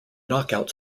knockout